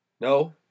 No